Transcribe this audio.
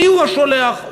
מיהו השולח,